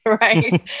right